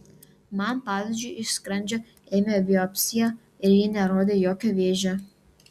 man pavyzdžiui iš skrandžio ėmė biopsiją ir ji nerodė jokio vėžio